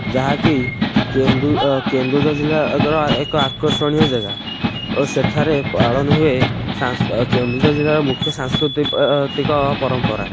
ଯାହା କି କେନ୍ଦୁ କେନ୍ଦୁଝର ଜିଲ୍ଲାର ଏକ ଆକର୍ଷଣୀୟ ଜାଗା ଓ ସେଠାରେ ପାଳନ ହୁଏ ସାଂସ୍କ କେନ୍ଦୁଝର ଜିଲ୍ଲାର ମୁଖ୍ୟ ସାଂସ୍କୃତିକ ପରମ୍ପରା